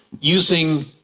using